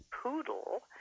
Poodle